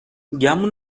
گمون